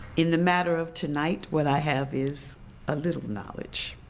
in the matter of tonight what i have is a little knowledge.